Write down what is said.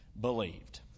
believed